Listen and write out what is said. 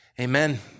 amen